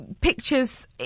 pictures